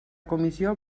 comissió